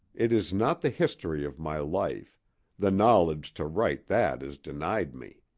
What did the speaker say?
it is not the history of my life the knowledge to write that is denied me.